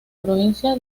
provincia